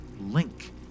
link